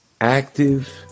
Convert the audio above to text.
Active